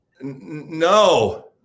no